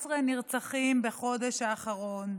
14 נרצחים בחודש האחרון.